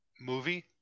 movie